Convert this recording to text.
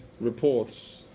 reports